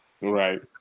Right